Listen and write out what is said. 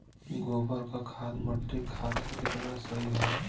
गोबर क खाद्य मट्टी खातिन कितना सही ह?